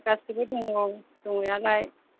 गासिबो दङ औ दंनायालाय